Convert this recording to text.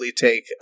take